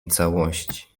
całości